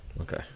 Okay